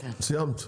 סיימת?